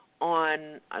on